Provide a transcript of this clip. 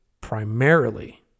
primarily